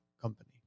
company